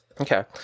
okay